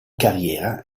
carriera